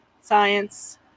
science